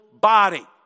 body